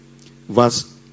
verse